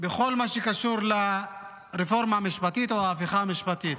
בכל מה שקשור לרפורמה המשפטית או ההפיכה המשפטית.